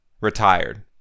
Retired